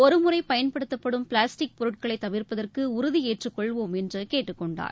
ஒருமுறை பயன்படுத்தப்படும் பிளாஸ்டிக் பொருட்களை தவிர்ப்பதற்கு உறுதி ஏற்றுக்கொள்வோம் என்று கேட்டுக்கொண்டார்